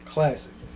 Classic